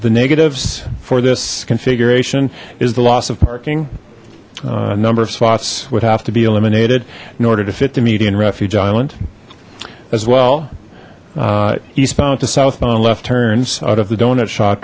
the negatives for this configuration is the loss of parking a number of spots would have to be eliminated in order to fit the median refuge island as well eastbound to southbound left turns out of the doughnut sho